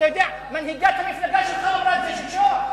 אתה יודע, מנהיגת המפלגה שלך אמרה את זה שלשום.